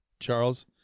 Charles